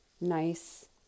nice